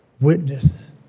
witness